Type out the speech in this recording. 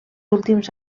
últims